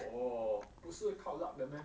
orh 不是靠 luck 的 meh